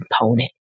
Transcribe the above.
component